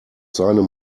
seinem